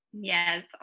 Yes